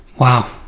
wow